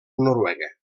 noruega